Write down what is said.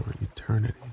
eternity